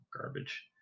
garbage